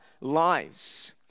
lives